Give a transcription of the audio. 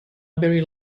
very